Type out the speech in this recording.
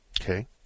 Okay